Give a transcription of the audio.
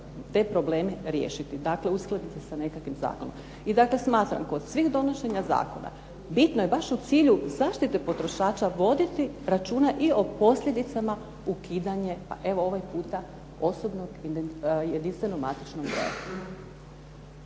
te probleme riješiti. Dakle, uskladiti sa nekakvim zakonom. I dakle smatram, kod svih donošenja zakona bitno je baš u cilju zaštite potrošača voditi računa i o posljedicama ukidanja, pa evo ovaj puta osobnog, jedinstvenog matičnog broja.